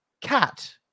cat